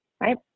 Right